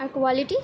আর quality